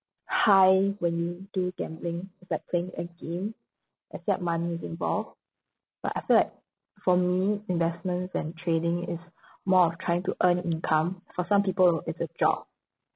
high when you do gambling is like playing a game except money is involved but I feel like for me investments and trading is more of trying to earn income for some people it's a job